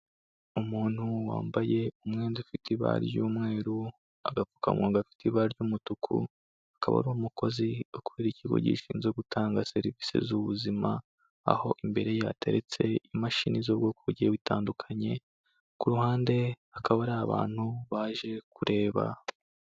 Umuntu wambaye umwenda ufite ibara ry'umweru, agapfukamunwa gafite ibara ry'umutuku, akaba ari umukozi ukorera ikigo gishinzwe gutanga serivisi z'ubuzima, aho imbere yateretse imashini z'ubwoko butandukanye. Ku ruhande hakaba hari abantu baje kureba.